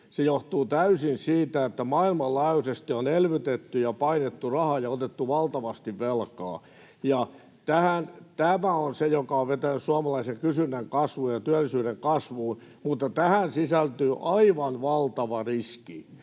Se johtuu täysin siitä, että maailmanlaajuisesti on elvytetty ja painettu rahaa ja otettu valtavasti velkaa, ja tämä on se, joka on vetänyt suomalaisen kysynnän kasvuun ja työllisyyden kasvuun, mutta tähän sisältyy aivan valtava riski.